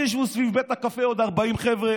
שישבו סביב בית הקפה עוד 40 חבר'ה.